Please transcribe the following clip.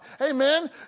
Amen